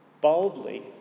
boldly